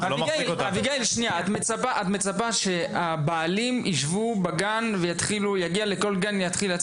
אביגיל, את מצפה שהבעלים ישבו בגן ולכל גן יגיעו?